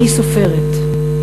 מי סופרת?